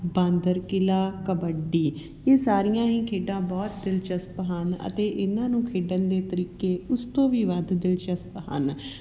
ਬਾਂਦਰ ਕਿੱਲਾ ਕਬੱਡੀ ਇਹ ਸਾਰੀਆਂ ਹੀ ਖੇਡਾਂ ਬਹੁਤ ਦਿਲਚਸਪ ਹਨ ਅਤੇ ਇਨ੍ਹਾਂ ਨੂੰ ਖੇਡਣ ਦੇ ਤਰੀਕੇ ਉਸ ਤੋਂ ਵੀ ਵੱਧ ਦਿਲਚਸਪ ਹਨ